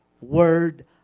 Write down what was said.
word